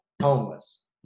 homeless